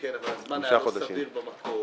כן, אבל הזמן לא היה סביר במקור.